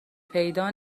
پیدا